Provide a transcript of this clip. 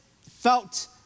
felt